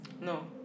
No